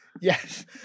Yes